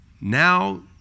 Now